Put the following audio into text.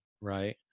Right